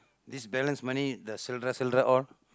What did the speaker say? this balance money the சில்லறை சில்லறை:sillarai sillarai all